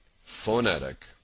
phonetic